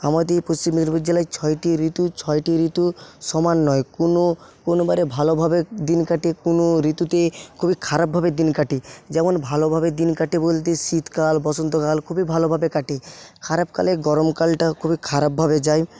আমাদের পশ্চিম মেদিনীপুর জেলায় ছয়টি ঋতু ছয়টি ঋতু সমান নয় কোনো কোনো বারে ভালোভাবে দিন কাটে কোনো ঋতুতে খুবই খারাপভাবে দিন কাটে যেমন ভালোভাবে দিন কাটে বলতে শীতকাল বসন্তকাল খুবই ভালোভাবে কাটে খারাপ কালে গরম কালটা খুবই খারাপভাবে যায়